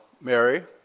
Mary